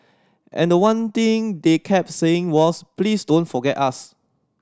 and the one thing they kept saying was please don't forget us